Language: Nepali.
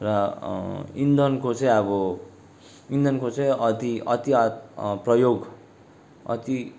र इन्धनको चाहिँ अब इन्धनको चाहिँ अति अति प्रयोग अति